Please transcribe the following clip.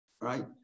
right